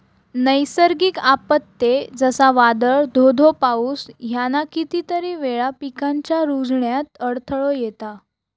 नैसर्गिक आपत्ते, जसा वादाळ, धो धो पाऊस ह्याना कितीतरी वेळा पिकांच्या रूजण्यात अडथळो येता